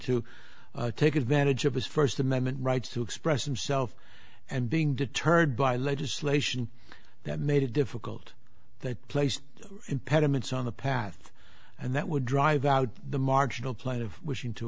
to take advantage of his first amendment rights to express himself and being deterred by legislation that made it difficult that placed impediments on the path and that would drive out the marginal plight of wishing to